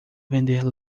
vender